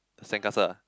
sandcastle ah